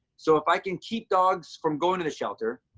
so if i can keep dogs from going to the shelter,